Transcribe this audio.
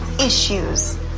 issues